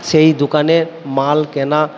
সেই দোকানের মাল কেনা